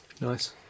Nice